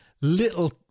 little